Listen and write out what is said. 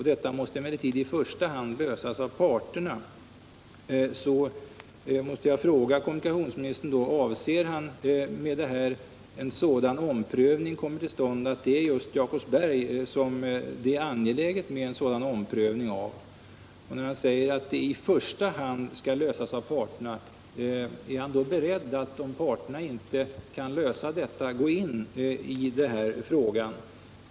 Detta måste emellertid i första hand lösas av parterna.” Då måste jag fråga kommunikationsministern: Avser han med uttrycket ”att en sådan omprövning kommer till stånd” att det är just i fråga om Jakobsberg som det är angeläget med en sådan omprövning? Och när han säger att detta ”i första hand” skall lösas av parterna, är han då beredd att, om parterna inte kan lösa detta, ingripa i den här frågan?